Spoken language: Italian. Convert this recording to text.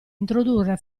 introdurre